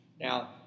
now